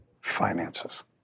finances